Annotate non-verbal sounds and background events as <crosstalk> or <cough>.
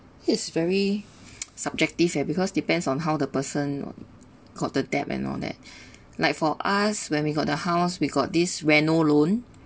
it's very subjective eh because depends on how the person got the debt and all that <breath> like for us when we got the house we got this VENMO loan